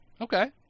Okay